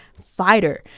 fighter